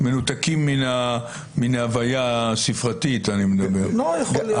מנותקים מן ההוויה הספרתית, אני מתכוון.